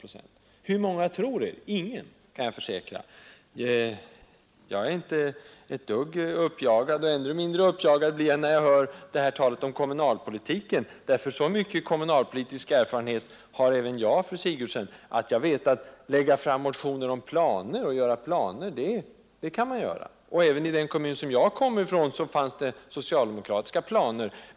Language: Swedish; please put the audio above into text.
” Hur många kommer att tro er? Ingen, kan jag försäkra. Jag är alltså inte ett dugg uppjagad. Ännu mindre uppjagad blir jag, när jag hör det här talet om kommunalpolitiken, Så mycket kommunalpolitisk erfarenhet har även jag, fru Sigurdsen, att jag vet, att lägga fram motioner om planer och göra upp planer, det är lätt. Och även i den kommun som jag kommer ifrån fanns det socialdemokratiska planer.